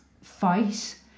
fight